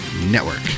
Network